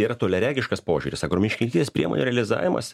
tai yra toliaregiškas požiūris agro miškininkystės priemonių realizavimas